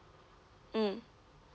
mm